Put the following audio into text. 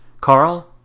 Carl